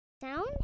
Sound